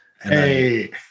Hey